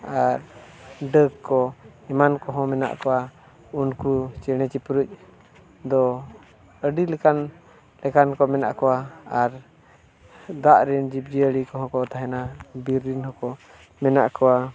ᱟᱨ ᱰᱟᱹᱠ ᱠᱚ ᱮᱢᱟᱱ ᱠᱚᱦᱚᱸ ᱢᱮᱱᱟᱜ ᱠᱚᱣᱟ ᱩᱱᱠᱩ ᱪᱮᱬᱮ ᱪᱤᱯᱨᱩᱫ ᱫᱚ ᱟᱹᱰᱤ ᱞᱮᱠᱟᱱ ᱞᱮᱠᱟᱱ ᱠᱚ ᱢᱮᱱᱟᱜ ᱠᱚᱣᱟ ᱟᱨ ᱫᱟᱜ ᱨᱮᱱ ᱡᱤᱵᱽᱼᱡᱤᱭᱟᱹᱞᱤ ᱠᱚᱦᱚᱸ ᱠᱚ ᱛᱟᱦᱮᱱᱟ ᱵᱤᱨ ᱨᱮᱱ ᱦᱚᱸᱠᱚ ᱢᱮᱱᱟᱜ ᱠᱚᱣᱟ